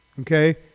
okay